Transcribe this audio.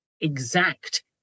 exact